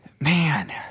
Man